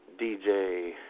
DJ